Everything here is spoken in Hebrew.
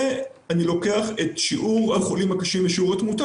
אני לוקח את שיעור החולים השיעור התמותה,